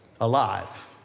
alive